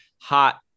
hot